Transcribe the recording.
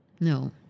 no